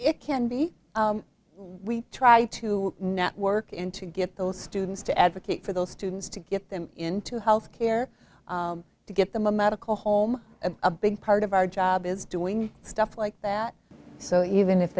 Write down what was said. it can be we try to network in to get those students to advocate for those students to get them into health care to get them a medical home a big part of our job is doing stuff like that so even if